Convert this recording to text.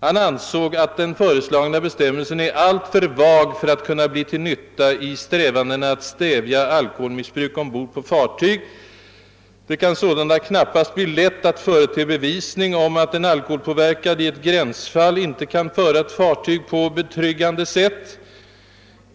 Han ansåg »att den föreslagna bestämmelsen är alltför vag för att kunna bli till nytta i strävandena att stävja alkoholmissbruk ombord på fartyg. Det kan sålunda knappast bli lätt att förete bevisning om att en alkoholpåverkad i ett gränsfall inte kan föra ett fartyg ”på betryggande sätt.